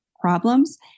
problems